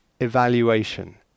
evaluation